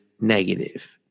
negative